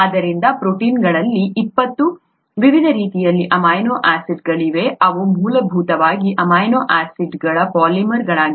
ಆದ್ದರಿಂದ ಪ್ರೋಟೀನ್ಗಳಲ್ಲಿ 20 ವಿವಿಧ ರೀತಿಯ ಅಮೈನೋ ಆಸಿಡ್ಗಳಿವೆ ಅವು ಮೂಲಭೂತವಾಗಿ ಅಮೈನೋ ಆಸಿಡ್ಗಳ ಪಾಲಿಮರ್ಗಳಾಗಿವೆ